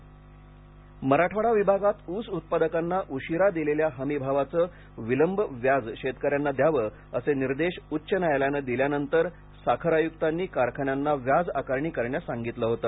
FRP Marathwada विभागात ऊस उत्पादकांना उशीरा दिलेल्या हमी भावाचे विलंब व्याज शेतकऱ्यांना द्यावे असे निर्देश उच्च न्यायालयाने दिल्यानंतर साखर आयुक्तांनी कारखान्यांना व्याज आकारणी करण्यास सांगितले होते